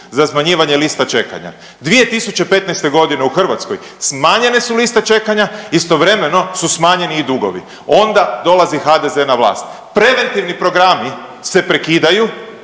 za smanjivanje lista čekanja. 2015. godine u Hrvatskoj smanjene su liste čekanja. Istovremeno su smanjeni i dugovi. Onda dolazi HDZ na vlast. Preventivni programi se prekidaju,